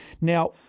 Now